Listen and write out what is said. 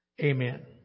Amen